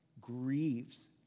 grieves